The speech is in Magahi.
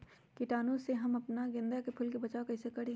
कीटाणु से हम अपना गेंदा फूल के बचाओ कई से करी?